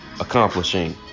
accomplishing